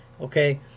okay